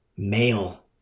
male